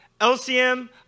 LCM